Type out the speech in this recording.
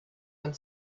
and